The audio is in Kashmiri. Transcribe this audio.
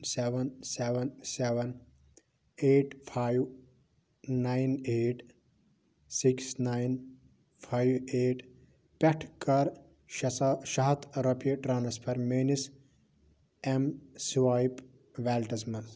seven seven seven eight five nine eight six nine five eight پٮ۪ٹھ کر شےٚ ساس شےٚ ہتھ رۄپیہِ ٹرٛانٛسفر میٛٲنِس ایٚم سٕوایپ ویٚلیٹَس مَنٛز